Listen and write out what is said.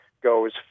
goes